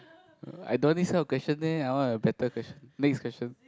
I don't want this kind question leh I want a better question next question